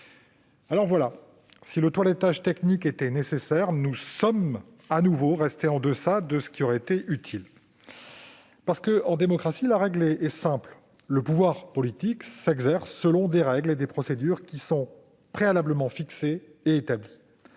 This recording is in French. le sujet. Si ce toilettage technique était nécessaire, nous sommes à nouveau restés en deçà de ce qui aurait été utile. En démocratie, la règle est simple : le pouvoir politique s'exerce selon des règles et des procédures préalablement fixées et établies.